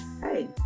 hey